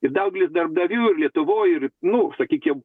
ir daugelis darbdavių ir lietuvoj ir nu sakykim